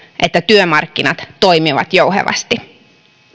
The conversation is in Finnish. että työmarkkinat toimivat jouhevasti